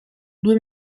due